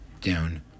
down